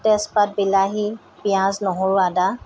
তেজপাত বিলাহী পিয়াঁজ নহৰু আদা